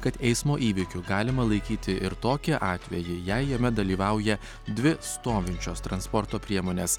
kad eismo įvykiu galima laikyti ir tokį atvejį jei jame dalyvauja dvi stovinčios transporto priemonės